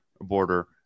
border